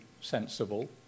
sensible